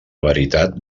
veritat